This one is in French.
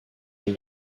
dans